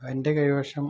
എൻ്റെ കൈവശം